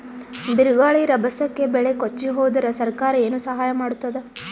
ಬಿರುಗಾಳಿ ರಭಸಕ್ಕೆ ಬೆಳೆ ಕೊಚ್ಚಿಹೋದರ ಸರಕಾರ ಏನು ಸಹಾಯ ಮಾಡತ್ತದ?